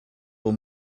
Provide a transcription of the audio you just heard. will